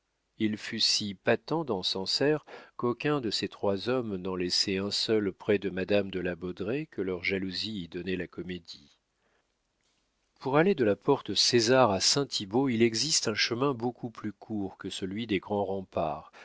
il fut si patent dans sancerre qu'aucun de ces trois hommes n'en laissait un seul près de madame de la baudraye que leur jalousie y donnait la comédie pour aller de la porte césar à saint thibault il existe un chemin beaucoup plus court que celui des grands remparts